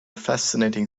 fascinating